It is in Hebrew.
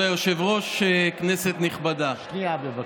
כבוד היושב-ראש, כנסת נכבדה, שנייה, בבקשה.